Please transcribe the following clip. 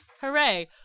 Hooray